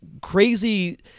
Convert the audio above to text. crazy